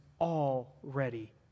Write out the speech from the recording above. already